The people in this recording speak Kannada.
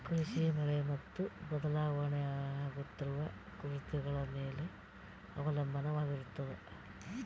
ಕೃಷಿ ಮಳೆ ಮತ್ತು ಬದಲಾಗುತ್ತಿರುವ ಋತುಗಳ ಮೇಲೆ ಅವಲಂಬಿತವಾಗಿರತದ